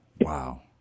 Wow